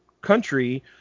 country